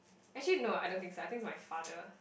actually no I don't think so I think it's my father